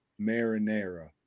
marinara